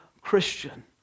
Christian